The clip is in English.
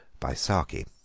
by saki